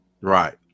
Right